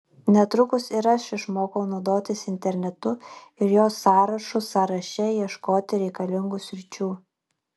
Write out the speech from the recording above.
netrukus ir aš išmokau naudotis internetu ir jo sąrašų sąraše ieškoti reikalingų sričių